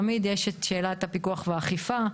תמיד יש את שאלת הפיקוח והאכיפה.